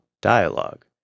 dialogue